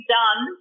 done